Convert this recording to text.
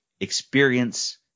experience